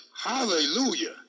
Hallelujah